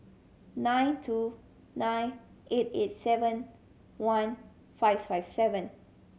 nine two nine eight eight seven one five five seven